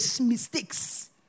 mistakes